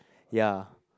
ya